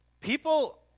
People